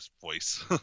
voice